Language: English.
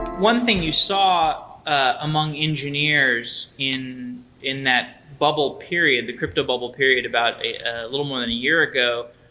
one thing you saw among engineers in in that bubble period, the crypto bubble period about a little more than a year ago,